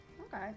Okay